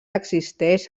existeix